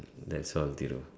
that's all Thiru